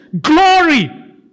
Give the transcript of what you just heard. glory